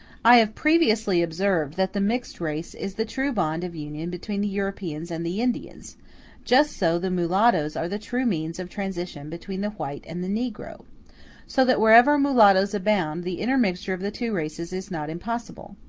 i have previously observed that the mixed race is the true bond of union between the europeans and the indians just so the mulattoes are the true means of transition between the white and the negro so that wherever mulattoes abound, the intermixture of the two races is not impossible.